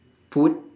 food